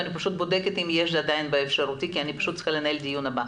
אני פשוט בודקת אם יש לי עדיין אפשרות כי אני צריכה לנהל את הדיון הבא.